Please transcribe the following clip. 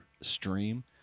stream